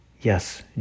Yes